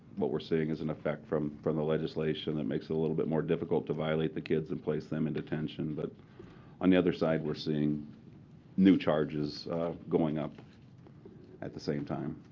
what we're seeing is an effect from from the legislation that makes a little bit more difficult to violate the kids and place them in detention. but on the other side, we're seeing new charges going up at the same time.